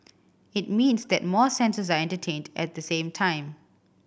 it means that more senses are entertained at the same time